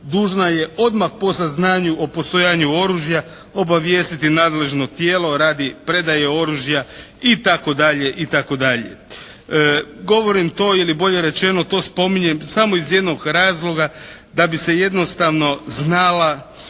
dužna je odmah po saznanju o postojanju oružja obavijestiti nadležno tijelo radi predaje oružja itd. itd. Govorim to ili bolje rečeno to spominjem samo iz jednog razloga da bi se jednostavno znala